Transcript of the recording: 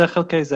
זה חלקי זה.